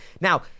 Now